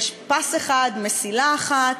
יש פס אחד, מסילה אחת,